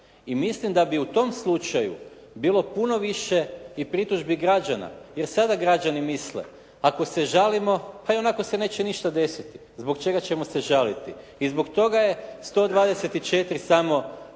mislim da bi u tom slučaju bilo puno više i pritužbi građana jer sada građani misle ako se žalimo pa ionako se neće ništa desiti. Zbog čega ćemo se žaliti? I zbog toga je 124 samo